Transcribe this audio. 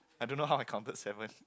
I don't know how I counted seven